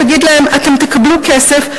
תגיד להם: אתם תקבלו כסף,